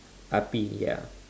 api ya